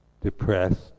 depressed